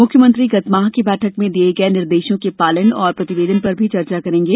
मुख्यमंत्री गत माह की बैठक में दिए गए निर्देशों के पालन और प्रतिवेदन पर भी चर्चा करेंगे